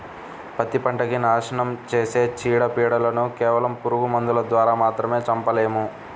పత్తి పంటకి నాశనం చేసే చీడ, పీడలను కేవలం పురుగు మందుల ద్వారా మాత్రమే చంపలేము